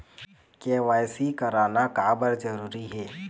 KYC करना का बर जरूरी हे?